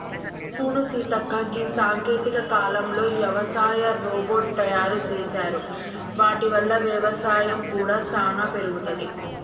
సూడు సీతక్క గీ సాంకేతిక కాలంలో యవసాయ రోబోట్ తయారు సేసారు వాటి వల్ల వ్యవసాయం కూడా సానా పెరుగుతది